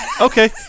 Okay